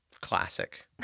classic